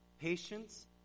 patience